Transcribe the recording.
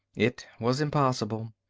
it was impossible.